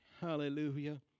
Hallelujah